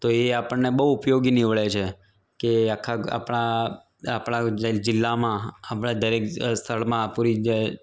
તો એ આપણને બહુ ઉપયોગી નિવડે છે કે આખા આપણાં આપણાં અજ જિલ્લામાં આપણાં દરેક સ્થળમાં પૂરી જ